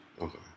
Okay